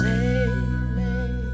Sailing